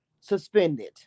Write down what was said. suspended